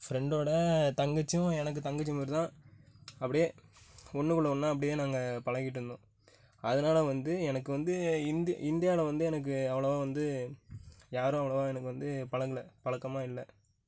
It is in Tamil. ஃப்ரெண்டோட தங்கச்சியும் எனக்கு தங்கச்சி மாரி தான் அப்படியே ஒன்றுக்குள்ள ஒன்றா அப்படியே நாங்கள் பழகிட்டிடுந்தோம் அதுனால் வந்து எனக்கு வந்து இந்தி இந்தியாவில் வந்து எனக்கு அவ்வளோவா வந்து யாரும் அவ்வளோவா எனக்கு வந்து பழகுலை பழக்கமாக இல்லை